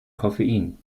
koffein